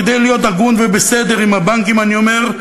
כדי להיות הגון ובסדר עם הבנקים אני אומר,